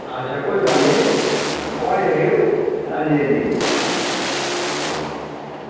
अच्छा कोई गल्ल निं घटाई देगे